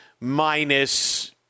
minus